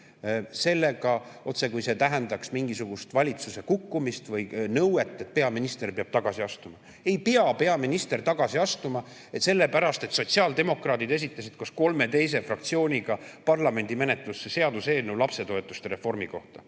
sellega, otsekui see tähendaks mingisugust valitsuse kukkumist või nõuet, et peaminister peab tagasi astuma. Ei pea peaminister tagasi astuma sellepärast, et sotsiaaldemokraadid esitasid koos kolme teise fraktsiooniga parlamendi menetlusse seaduseelnõu lapsetoetuste reformi kohta.